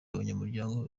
abanyamuryango